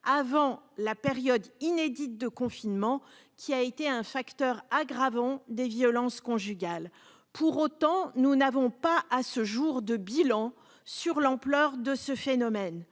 avant la période inédite de confinement qui a été un facteur aggravant des violences conjugales, pour autant, nous n'avons pas à ce jour de bilan sur l'ampleur de ce phénomène,